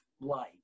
light